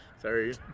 Sorry